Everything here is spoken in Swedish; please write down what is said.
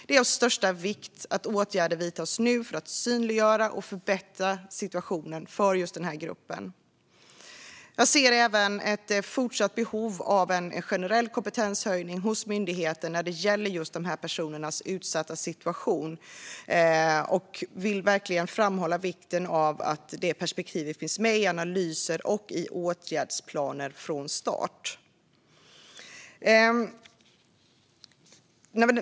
Det är av största vikt att åtgärder vidtas nu för att synliggöra och förbättra situationen för denna grupp. Jag ser även ett fortsatt behov av en generell kompetenshöjning hos myndigheterna när det gäller just dessa personers utsatta situation och vill verkligen framhålla vikten av att hbtqi-perspektivet finns med i analyser och åtgärdsplaner från start.